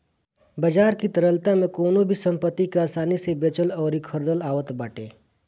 बाजार की तरलता में कवनो भी संपत्ति के आसानी से बेचल अउरी खरीदल आवत बाटे